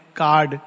card